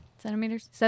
Centimeters